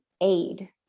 aid